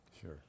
Sure